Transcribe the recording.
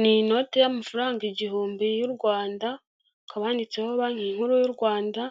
Ni inote y'amafaranga igihumbi y'u Rwanda, ikaba yanditseho banki nkuru y'u Rwanda,